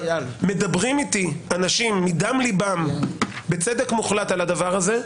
מדברים איתי אנשים מדם לבם בצדק מוחלט על הדבר הזה,